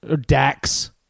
Dax